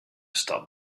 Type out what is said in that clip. stop